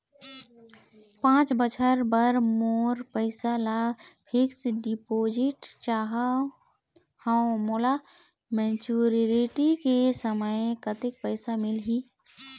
पांच बछर बर मोर पैसा ला फिक्स डिपोजिट चाहत हंव, मोला मैच्योरिटी के समय कतेक पैसा मिल ही?